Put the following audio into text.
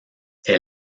est